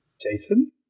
jason